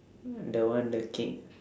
the one the king